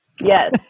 Yes